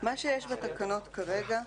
מה שיש בתקנות כרגע,